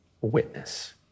witness